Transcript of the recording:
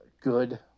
good